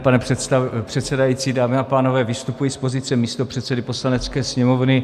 Pane předsedající, dámy a pánové, vystupuji z pozice místopředsedy Poslanecké sněmovny.